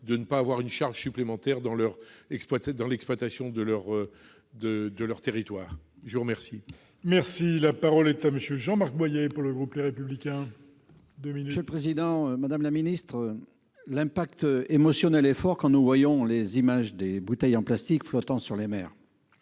de ne pas avoir une charge supplémentaire dans leur dans l'exploitation de leur de de leur territoire, je vous remercie. Merci, la parole est à monsieur Jean-Marc Boyer pour le groupe, les républicains 2000. Président, madame la ministre, l'impact émotionnel est fort quand nous voyons les images des bouteilles en plastique flottant sur les mers